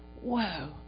whoa